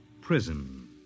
prison